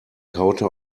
kaute